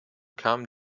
kamen